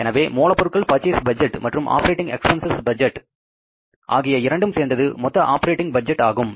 எனவே மூலப் பொருட்கள் பர்சேஸ் பட்ஜெட் மற்றும் ஆப்பரேட்டிங் எக்ஸ்பென்ஸஸ் பட்ஜெட் ஆகிய இரண்டும் சேர்ந்தது மொத்த ஆப்பரேட்டிங் பட்ஜெட் ஆகும்